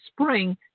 spring